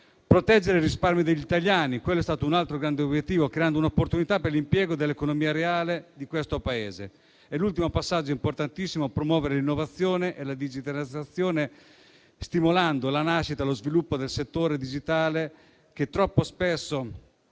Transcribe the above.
proteggere il risparmio degli italiani, altro grande obiettivo, creando un'opportunità per l'impiego dell'economia reale di questo Paese e, come ultimo passaggio davvero importante, promuovere l'innovazione e la digitalizzazione stimolando la nascita e lo sviluppo del settore digitale che troppo spesso